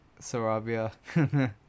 Sarabia